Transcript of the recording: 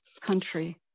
country